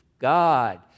God